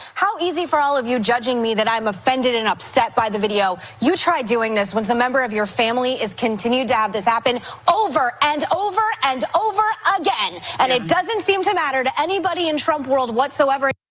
how easy for all of you judging me that i'm offended and upset by the video. you try doing this when some member of your family is continued to have this happen over and over and over again. and it doesn't seem to matter to anybody in trump world whatsoever.